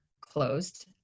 closed